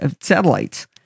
satellites